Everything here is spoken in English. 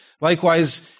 Likewise